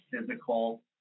physical